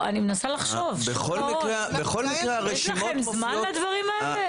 שוק ההון, יש לכם זמן לדברים האלה?